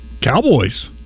Cowboys